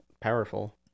powerful